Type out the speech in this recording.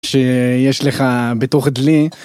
שיש לך בתוך דלי.